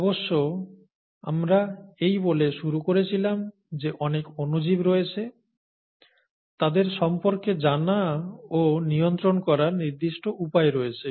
অবশ্য আমরা এই বলে শুরু করেছিলাম যে অনেক অনুজীব রয়েছে তাদের সম্পর্কে জানা ও নিয়ন্ত্রণ করার নির্দিষ্ট উপায় রয়েছে